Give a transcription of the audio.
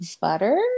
Butter